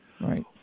Right